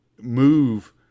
move